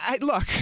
look